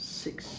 six